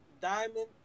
Diamond